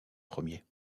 premiers